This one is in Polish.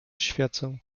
świecę